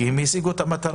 כי הם השיגו את המטרה.